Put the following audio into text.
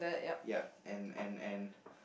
yup and and and